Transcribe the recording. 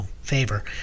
favor